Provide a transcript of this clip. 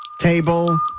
table